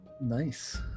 nice